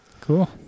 Cool